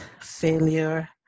failure